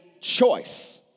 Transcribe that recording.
choice